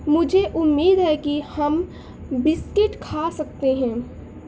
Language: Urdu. مجھے امید ہے کہ ہم بسکٹ کھا سکتے ہیں